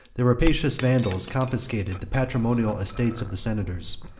the rapacious vandals confiscated the patrimonial estates of the senators,